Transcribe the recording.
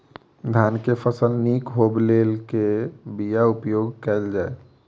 धान केँ फसल निक होब लेल केँ बीया उपयोग कैल जाय?